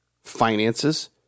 Finances